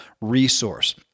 resource